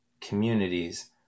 communities